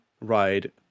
ride